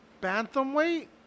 bantamweight